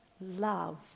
love